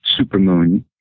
supermoon